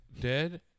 dead